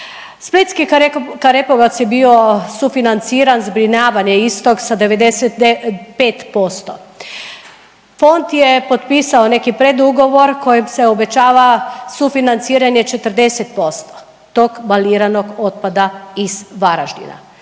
Splitski Karepovac je bio sufinanciran zbrinjavanje istog sa 95%, fond je potpisao neki predugovor kojim se obećava sufinanciranje 40% tog baliranog otpada iz Varaždina,